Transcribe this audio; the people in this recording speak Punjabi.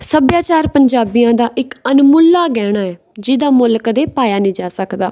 ਸੱਭਿਆਚਾਰ ਪੰਜਾਬੀਆਂ ਦਾ ਇੱਕ ਅਣਮੁੱਲਾ ਗਹਿਣਾ ਹੈ ਜਿਹਦਾ ਮੁੱਲ ਕਦੇ ਪਾਇਆ ਨਹੀਂ ਜਾ ਸਕਦਾ